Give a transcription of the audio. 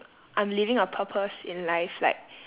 I'm living a purpose in life like